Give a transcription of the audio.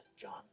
John